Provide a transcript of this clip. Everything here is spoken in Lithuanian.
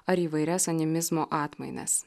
ar įvairias animizmo atmainas